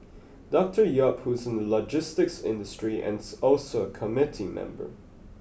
Doctor Yap who is in the logistics industry and is also a committee member